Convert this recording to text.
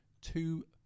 two